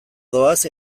doaz